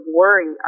worry